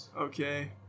Okay